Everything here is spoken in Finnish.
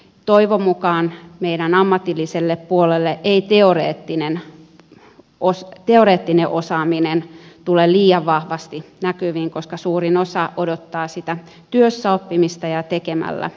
toivon mukaan meidän ammatillisella puolella ei teoreettinen osaaminen tule liian vahvasti näkyviin koska suurin osa odottaa sitä työssäoppimista ja tekemällä oppimista